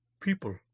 people